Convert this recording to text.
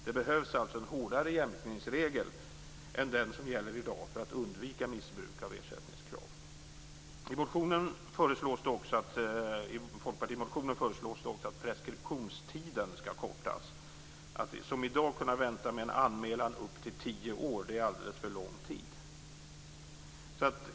Det behövs alltså en hårdare jämkningsregel än den som gäller i dag för att undvika missbruk av ersättningskrav. I folkpartimotionen föreslås också att preskriptionstiden skall kortas. Att, som det är i dag, kunna vänta med en anmälan i upp till tio år är alldeles för lång tid.